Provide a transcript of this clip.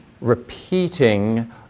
repeating